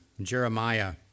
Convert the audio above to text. Jeremiah